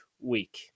week